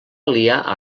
aliar